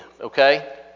okay